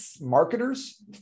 marketers